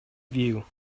view